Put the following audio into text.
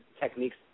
techniques